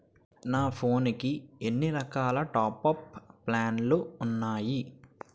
నా ఫోన్ కి ఎన్ని రకాల టాప్ అప్ ప్లాన్లు ఉన్నాయి?